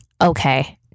Okay